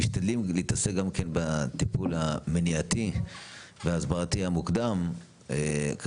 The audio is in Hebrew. גם לגבי הטיפול המניעתי וההסברתי המוקדם ומשתדלים להתעסק גם בו.